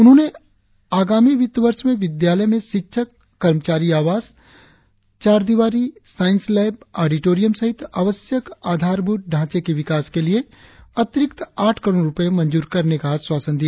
उन्होंने आगामी वित्त वर्ष में विद्यालय में शिक्षक कर्मचारी आवास चारदीवारी साईंस लैब ऑडिटोरियम सहित आवश्यक बुनियादी सुविधाओं के विकास के लिए अतिरिक्त आठ करोड़ रुपए मंजूर करने का आश्वासन दिया